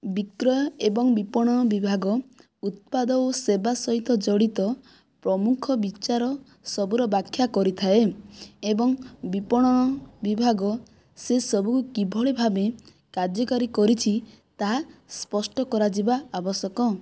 ବିକ୍ରୟ ଏବଂ ବିପଣ ବିଭାଗ ଉତ୍ପାଦ ଓ ସେବା ସହିତ ଜଡ଼ିତ ପ୍ରମୁଖ ବିଚାର ସବୁର ବ୍ୟାଖ୍ୟା କରିଥାଏ ଏବଂ ବିପଣ ବିଭାଗ ସେ ସବୁକୁ କିଭଳି ଭାବେ କାର୍ଯ୍ୟକାରୀ କରିଛି ତାହା ସ୍ପଷ୍ଟ କରାଯିବା ଆବଶ୍ୟକ